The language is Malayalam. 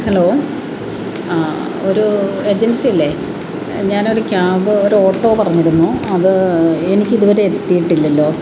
ഹലോ ആ ഒരു ഏജൻസിയല്ലേ ഞാനൊരു കാബ് ഒരു ഓട്ടോ പറഞ്ഞിരുന്നു അത് എനിക്കിതുവരെ എത്തിയിട്ടില്ലല്ലോ